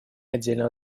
отдельного